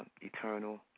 Eternal